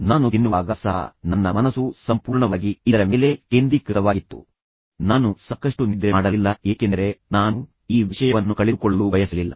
ನಾನು ತಿನ್ನುವಾಗ ಸಹ ನನ್ನ ಮನಸ್ಸು ಸಂಪೂರ್ಣವಾಗಿ ಇದರ ಮೇಲೆ ಕೇಂದ್ರೀಕೃತವಾಗಿತ್ತು ನಾನು ಸಾಕಷ್ಟು ನಿದ್ರೆ ಮಾಡಲಿಲ್ಲ ಏಕೆಂದರೆ ನಾನು ಈ ವಿಷಯವನ್ನು ಕಳೆದುಕೊಳ್ಳಲು ಬಯಸಲಿಲ್ಲ